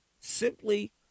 simply